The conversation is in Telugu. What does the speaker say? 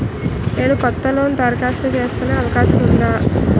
నేను కొత్త లోన్ దరఖాస్తు చేసుకునే అవకాశం ఉందా?